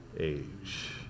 Age